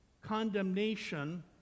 condemnation